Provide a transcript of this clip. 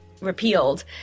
repealed